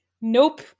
Nope